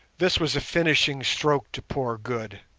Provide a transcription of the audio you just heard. this was a finishing stroke to poor good.